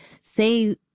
say